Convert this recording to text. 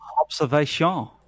Observation